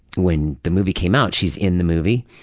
when the movie came out, she's in the movie,